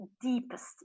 deepest